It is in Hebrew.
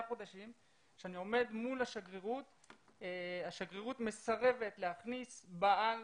חודשים שאני עומד מול השגרירות והשגרירות מסרבת להכניס בעל